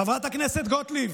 חברת הכנסת גוטליב,